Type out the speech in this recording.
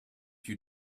you